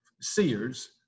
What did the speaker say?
seers